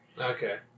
Okay